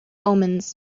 omens